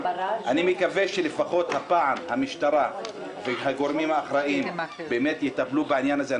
אני מקווה שלפחות הפעם המשטרה והגורמים האחראיים באמת יטפלו בעניין הזה.